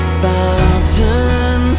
fountain